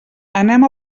anem